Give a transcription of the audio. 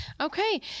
Okay